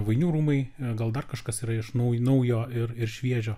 vainių rūmai gal dar kažkas yra iš naujo naujo ir ir šviežio